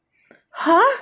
!huh!